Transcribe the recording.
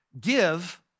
give